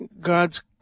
God's